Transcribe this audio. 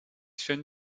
sun